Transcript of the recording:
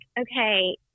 okay